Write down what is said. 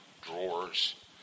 drawers